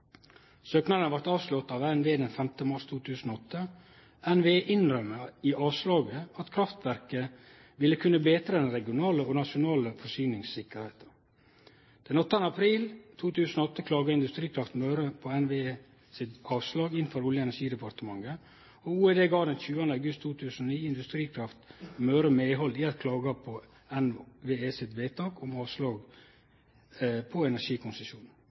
Søknaden vart avslått av NVE 5. mars 2008. NVE innrømmer i avslaget at kraftverket vil kunne betre den regionale og nasjonale forsyningstryggleiken. Den 8. april 2008 klaga Industrikraft Møre NVE sitt avslag inn for Olje- og energidepartementet. OED gav den 20. august 2009 Industrikraft Møre medhald i klaga på NVE sitt vedtak om avslag på energikonsesjon.